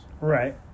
Right